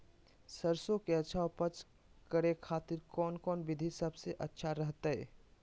सरसों के अच्छा उपज करे खातिर कौन कौन विधि सबसे अच्छा रहतय?